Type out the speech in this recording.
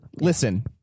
Listen